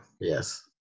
yes